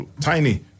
tiny